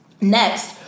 Next